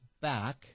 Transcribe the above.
back